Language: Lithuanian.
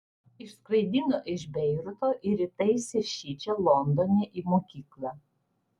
išskraidino iš beiruto ir įtaisė šičia londone į mokyklą